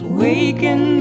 Awaken